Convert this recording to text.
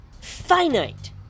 finite